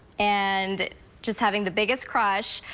and just having the biggest crush,